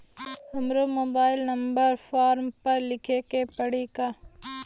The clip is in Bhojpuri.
हमरो मोबाइल नंबर फ़ोरम पर लिखे के पड़ी का?